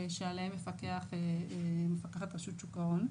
שעליהן מפקחת רשות שוק ההון.